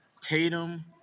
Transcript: Tatum